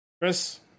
Chris